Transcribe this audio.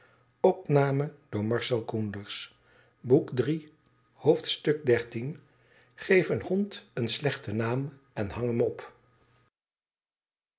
geef een hond een slechten naam en hang hem op